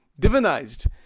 divinized